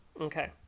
Okay